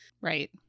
Right